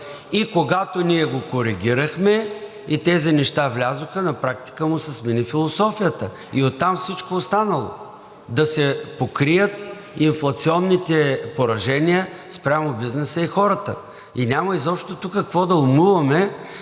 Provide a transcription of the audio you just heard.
И когато ние го коригирахме и тези неща влязоха, на практика му се смени философията и оттам – всичко останало, да се покрият инфлационните поражения спрямо бизнеса и хората. И няма изобщо тук какво да умуваме